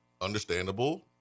understandable